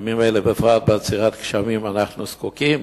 בימים אלה, בפרט בעצירת גשמים, אנחנו זקוקים